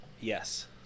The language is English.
Yes